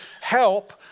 help